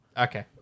Okay